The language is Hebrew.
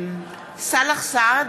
סאלח סעד,